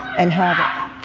and how